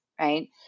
Right